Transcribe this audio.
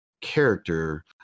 character